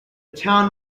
town